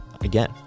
again